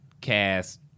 cast